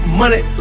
money